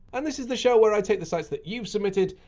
and this is the show where i take the sites that you've submitted,